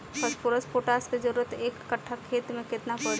Phosphorus potash के जरूरत एक कट्ठा खेत मे केतना पड़ी?